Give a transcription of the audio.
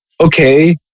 okay